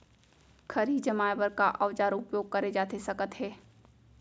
खरही जमाए बर का औजार उपयोग करे जाथे सकत हे?